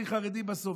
אני חרדי בסוף,